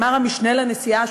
אמר המשנה לנשיאה,